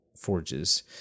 forges